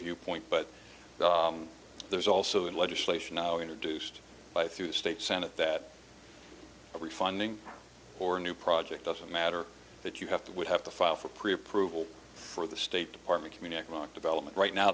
viewpoint but there's also in legislation now introduced by through the state senate that every funding or new project doesn't matter that you have to would have to file for pre approval for the state department communicant development right now